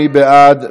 מי בעד?